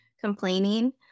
complaining